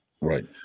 Right